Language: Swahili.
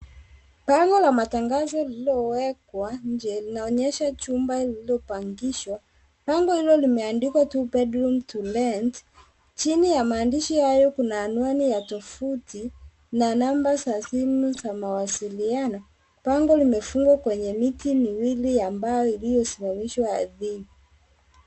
Bango la matangazo lililowekwa nje linaonyesha jumba lililopangishwa, bango hilo limeandikwa two bedroom to let . Chini ya maandishi hayo kuna anwani ya tuvuti na namba za simu za mawasiliano. Bango limefungwa kwenye miti miwili ya mbao iliyosimamishwa ardhini.